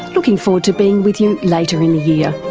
looking forward to being with you later in the year.